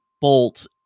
bolt